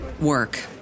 work